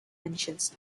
mentions